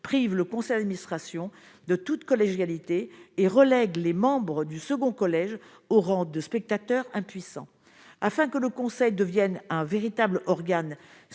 prive le conseil d'administration de toute collégialité et relègue les membres du second collège au rang de spectateur impuissant, afin que le Conseil devienne un véritable organe